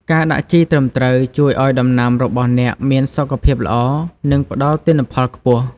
ការដាក់ជីត្រឹមត្រូវជួយឲ្យដំណាំរបស់អ្នកមានសុខភាពល្អ និងផ្តល់ទិន្នផលខ្ពស់។